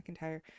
McIntyre